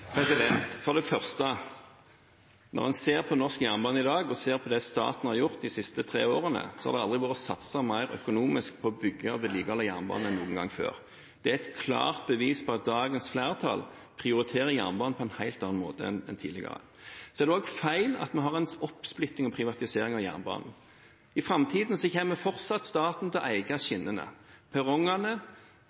Når en ser på norsk jernbane i dag og på det staten har gjort de siste tre årene, har det aldri vært satset mer økonomisk på å bygge og vedlikeholde jernbanen. Det er et klart bevis på at dagens flertall prioriterer jernbanen på en helt annen måte enn tidligere. Det er feil at vi har en oppsplitting og privatisering av jernbanen. I framtiden kommer staten fortsatt til å eie skinnene, perrongene,